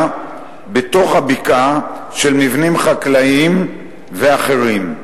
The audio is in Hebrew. בתוך הבקעה של מבנים חקלאיים ואחרים,